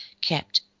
kept